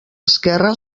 esquerra